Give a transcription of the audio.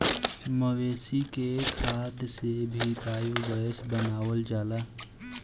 मवेशी के खाद से भी बायोगैस बनावल जाला